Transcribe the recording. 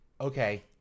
Okay